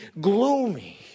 gloomy